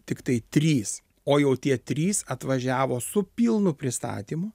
tiktai trys o jau tie trys atvažiavo su pilnu pristatymu